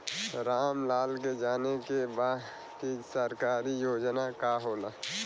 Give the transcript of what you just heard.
राम लाल के जाने के बा की सरकारी योजना का होला?